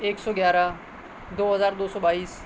ایک سو گیارہ دو ہزار دو سو بائیس